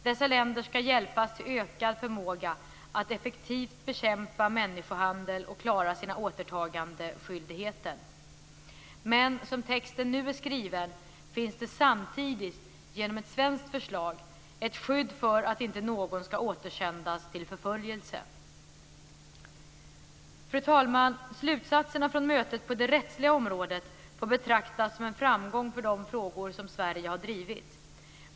Dessa länder ska hjälpas till ökad förmåga att effektivt bekämpa människohandel och klara sina återtagandeskyldigheter. Men som texten nu är skriven finns det samtidigt, genom ett svenskt förslag, ett skydd för att inte någon ska återsändas till förföljelse. Fru talman! Slutsatserna från mötet på det rättsliga området får betraktas som en framgång för de frågor som Sverige har drivit.